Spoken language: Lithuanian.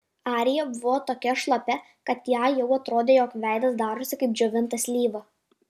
arija buvo tokia šlapia kad jai jau atrodė jog veidas darosi kaip džiovinta slyva